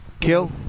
Kill